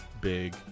big